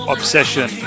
Obsession